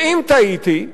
ואם טעיתי,